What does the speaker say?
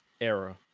era